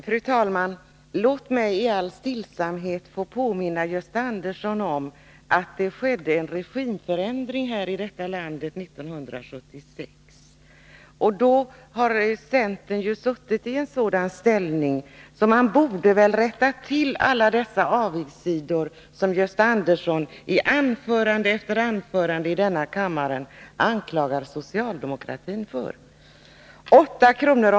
Fru talman! Låt mig i all stillhet få påminna Gösta Andersson om att en regimförändring skedde i detta land 1976. Centern har sedan dess innehaft en sådan ställning att man kunnat rätta till alla de avigsidor som Gösta Andersson i anförande efter anförande i denna kammare anklagar socialdemokratin för. 8 kr.